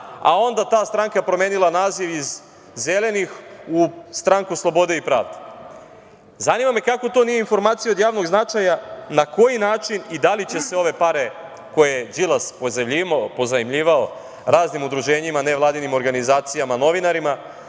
a onda ta stranka promenila naziv iz Zelenih u Stranku slobode i pravde. Zanima me kako to nije informacija od javnog značaja, na koji način i da li će se ove pare koje je Đilas pozajmljivao raznim udruženjima nevladinim organizacijama, novinarima,